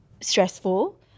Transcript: stressful